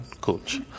coach